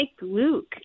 Luke